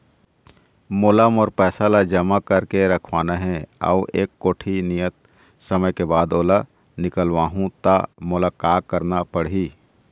मोला मोर पैसा ला जमा करके रखवाना हे अऊ एक कोठी नियत समय के बाद ओला निकलवा हु ता मोला का करना पड़ही?